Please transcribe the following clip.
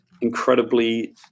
incredibly